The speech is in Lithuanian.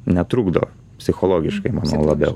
netrukdo psichologiškai manau labiau